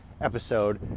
Episode